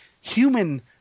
human